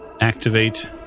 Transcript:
activate